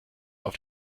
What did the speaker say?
auf